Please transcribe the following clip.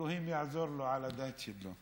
אלוהים יעזור לו על הדת שלו.